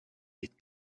des